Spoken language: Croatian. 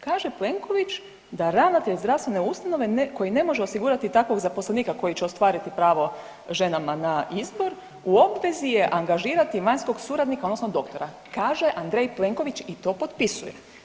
Kaže Plenković da ravnatelj zdravstvene ustanove koji ne može osigurati takvog zaposlenika koji će ostvariti pravo ženama na izbor u obvezi je angažirati vanjskog suradnika odnosno doktora, kaže Andrej Plenković i to potpisuje.